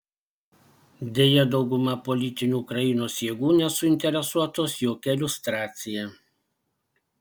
deja dauguma politinių ukrainos jėgų nesuinteresuotos jokia liustracija